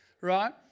right